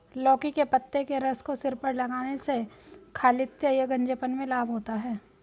लौकी के पत्ते के रस को सिर पर लगाने से खालित्य या गंजेपन में लाभ होता है